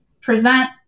present